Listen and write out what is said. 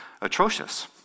atrocious